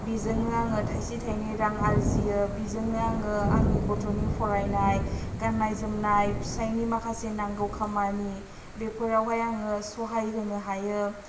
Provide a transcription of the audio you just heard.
बेजोंनो आङो थाइसे थाइनै रां आरजियो बेजोंनो आङो आंनि गथ'नि फरायनाय गान्नाय जोमन्नाय फिसाइनि माखासे नांगौ खामानि बेफोरावहाय आङो सहाय होनो हायो